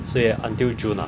so ya until june ah